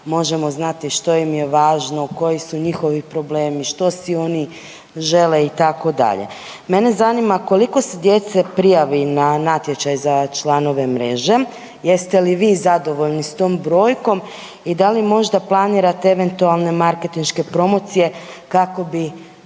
možemo znati što im je važno, koji su njihovi problemi, što si oni žele, itd. Mene zanima koliko se djece prijavi na natječaj za članove Mreže? Jeste li vi zadovoljni s tom brojkom i da li možda planirate eventualne marketinške promocije kako bi